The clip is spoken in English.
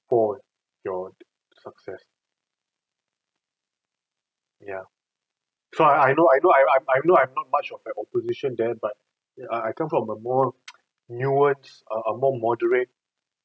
for your success ya so I know I know I'm I'm I'm no I'm not much of a opposition there but I I come from a more nuance a more moderate